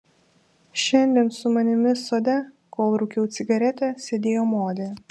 šiandien su manimi sode kol rūkiau cigaretę sėdėjo modė